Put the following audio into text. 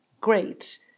Great